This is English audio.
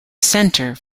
centre